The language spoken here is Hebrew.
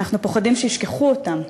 אנחנו פוחדים שישכחו אותם,